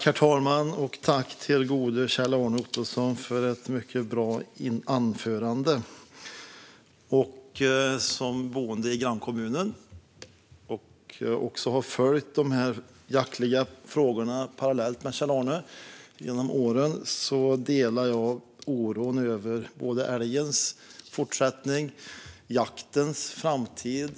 Herr talman! Tack, till gode Kjell-Arne Ottosson, för ett mycket bra anförande! Som boende i grannkommunen har jag också följt de jaktliga frågorna parallellt med Kjell-Arne genom åren. Jag delar oron över både fortsättningen för älgen och jaktens framtid.